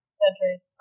centers